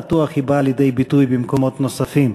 בטוח היא באה לידי ביטוי במקומות נוספים.